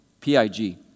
P-I-G